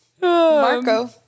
Marco